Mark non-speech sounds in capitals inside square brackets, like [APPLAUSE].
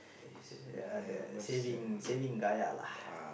[BREATH] s~ ya the saving saving Gaia lah